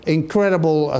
incredible